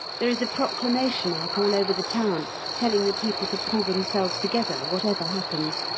there is a proclamation up all over the town telling the people to pull themselves together whatever happens,